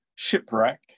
shipwreck